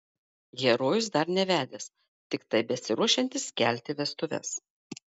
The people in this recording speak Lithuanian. herojus dar nevedęs tiktai besiruošiantis kelti vestuves